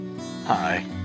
Hi